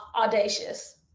audacious